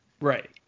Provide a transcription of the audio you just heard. Right